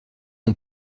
ont